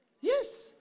Yes